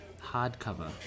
hardcover